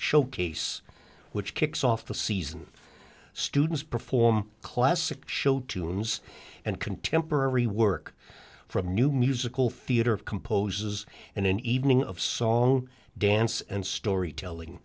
showcase which kicks off the season students perform classic show tunes and contemporary work from new musical theater composes and an evening of song dance and storytelling